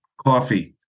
Coffee